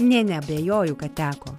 nė neabejoju kad teko